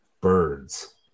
birds